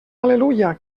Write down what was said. al·leluia